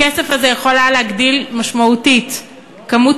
הכסף הזה יכול היה להגדיל משמעותית את כמות